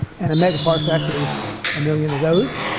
and a megaparsec is a million of those.